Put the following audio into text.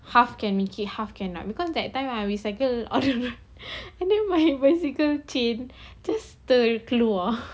half can make it half cannot because that time ah we cycle all over and then my bicycle chain just terkeluar